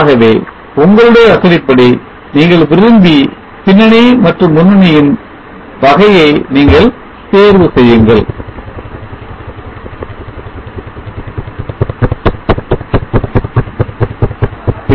ஆகவே உங்களுடைய வசதிப்படி நீங்கள் விரும்பி பின்னணி மற்றும் முன்னணியின் வகையை நீங்கள் தேர்வு செய்யலாம்